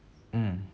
mm